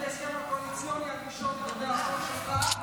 את ההסכם הקואליציוני הראשון לגבי החוק שלך,